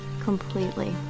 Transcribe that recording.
completely